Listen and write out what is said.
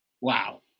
wow